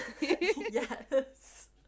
yes